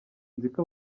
nziko